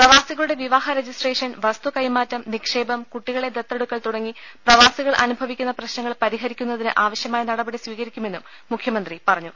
പ്രവാസികളുടെ വിവാഹ രജിസ്ട്രേഷൻ വസ്തു കൈമാറ്റം നിക്ഷേപം കുട്ടികളെ ദത്തെടുക്കൽ തുടങ്ങി പ്രവാസികൾ അനു ഭവിക്കുന്ന പ്രശ്നങ്ങൾ പരിഹരിക്കുന്നതിന് ആവശ്യമായ നടപടി സ്വീകരിക്കുമെന്നും മുഖ്യമന്ത്രി പറഞ്ഞു